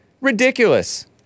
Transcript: Ridiculous